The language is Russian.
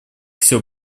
все